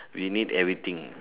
we need everything